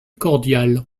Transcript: cordiale